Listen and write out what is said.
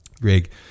Greg